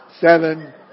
seven